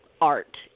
art